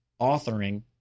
authoring